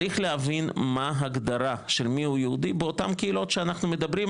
צריך להבין מה הגדרה של מיהו יהודי באותם קהילות שאנחנו מדברים,